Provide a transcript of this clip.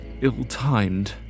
ill-timed